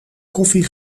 koffie